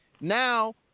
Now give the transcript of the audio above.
Now